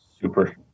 Super